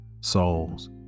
souls